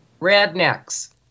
Rednecks